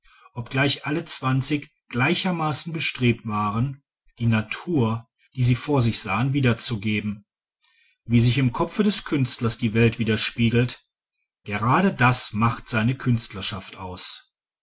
obgleich alle zwanzig gleichermaßen bestrebt waren die natur die sie vor sich sahen wiederzugeben wie sich im kopfe des künstlers die welt widerspiegelt gerade das macht seine künstlerschaft aus